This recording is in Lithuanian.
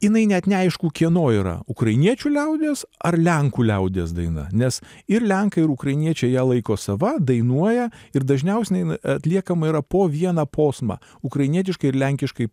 jinai net neaišku kieno yra ukrainiečių liaudies ar lenkų liaudies daina nes ir lenkai ir ukrainiečiai ją laiko sava dainuoja ir dažniausiai jinai atliekama yra po vieną posmą ukrainietiškai ir lenkiškai